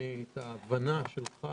וביחד עם ההבנה שלך